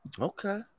okay